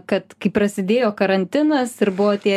kad kai prasidėjo karantinas ir buvo tie